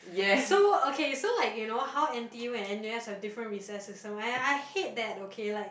so okay so like you know how N_T_U and N_U_S have different recess also and I hate that okay like